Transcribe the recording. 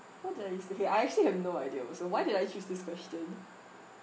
what did I use to hate I actually have no idea also why did I choose this question